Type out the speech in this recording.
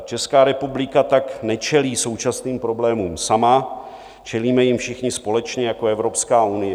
Česká republika tak nečelí současným problémům sama, čelíme jim všichni společně jako Evropská unie.